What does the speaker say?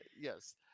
Yes